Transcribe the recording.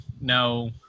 no